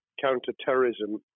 counter-terrorism